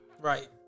right